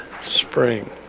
Spring